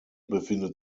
befindet